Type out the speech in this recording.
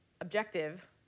objective